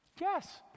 Yes